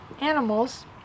animals